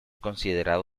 considerado